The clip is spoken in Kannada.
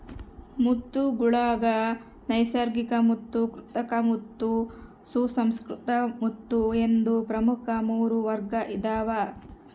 ಮುತ್ತುಗುಳಾಗ ನೈಸರ್ಗಿಕಮುತ್ತು ಕೃತಕಮುತ್ತು ಸುಸಂಸ್ಕೃತ ಮುತ್ತು ಎಂದು ಪ್ರಮುಖ ಮೂರು ವರ್ಗ ಇದಾವ